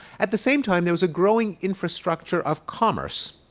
at the same time, there was a growing infrastructure of commerce.